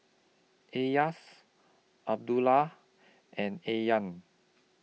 Elyas Abdullah and Aryan